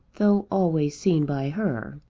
though always seen by her.